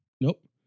Nope